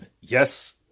yes